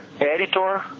editor